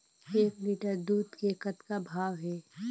एक लिटर दूध के कतका भाव हे?